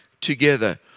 together